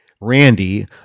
Randy